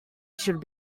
should